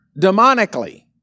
demonically